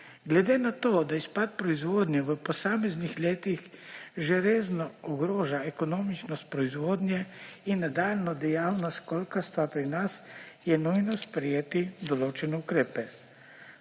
Glede na to da izpad proizvodnje v posameznih letih že resno ogroža ekonomičnost proizvodnje in nadaljnjo dejavnost školjkarstva pri nas, je nujno sprejeti določene ukrepe.